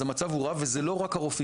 אז המצב הוא רע, וזה לא רק הרופאים.